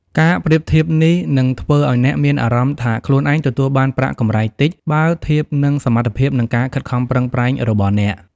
ការប្រៀបធៀបនេះអាចធ្វើឲ្យអ្នកមានអារម្មណ៍ថាខ្លួនឯងទទួលបានប្រាក់កម្រៃតិច បើធៀបនឹងសមត្ថភាព និងការខិតខំប្រឹងប្រែងរបស់អ្នក។